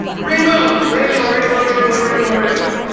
rainbow! rainbow, rainbow, rainbow, rainbow, rainbow.